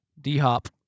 D-Hop